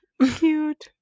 cute